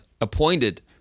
appointed